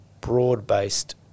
broad-based